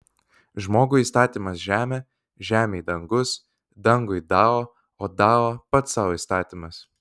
žmogui įstatymas žemė žemei dangus dangui dao o dao pats sau įstatymas